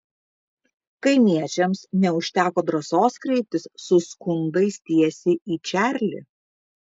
kaimiečiams neužteko drąsos kreiptis su skundais tiesiai į čarlį